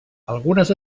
algunes